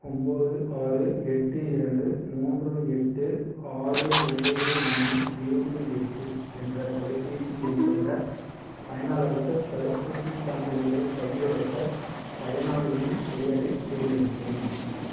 ஒம்பது ஆறு எட்டு இரண்டு மூன்று எட்டு ஆறு ஒம்பது மூணு ஏழு எட்டு என்ற தொலைபேசி எண் கொண்ட பயனளாருக்கு தடுப்பூசிச் சான்றிதழைப் பதிவிறக்க பயனாளியின் பெயரைத் தேர்ந்தெடுக்கவும்